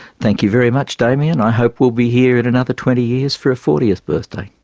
thank you very much damien, i hope we'll be here in another twenty years for a fortieth birthday.